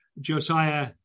Josiah